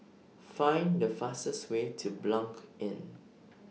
Find The fastest Way to Blanc Inn